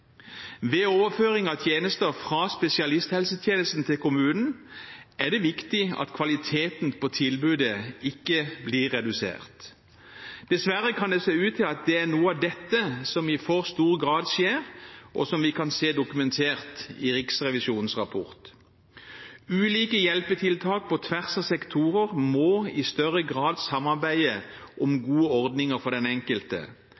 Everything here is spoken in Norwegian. Ved overføring av tjenester fra spesialisthelsetjenesten til kommunen er det viktig at kvaliteten på tilbudet ikke blir redusert. Dessverre kan det se ut til at det er noe av dette som i for stor grad skjer, og som vi kan se dokumentert i Riksrevisjonens rapport. Ulike hjelpetiltak på tvers av sektorer må i større grad samarbeide om gode ordninger for den enkelte,